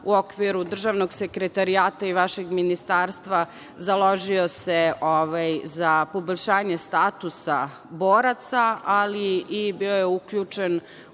u okviru državnog sekretarijata i vašeg ministarstva, založio se za poboljšanje statusa boraca, ali bio je i uključen